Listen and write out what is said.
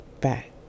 back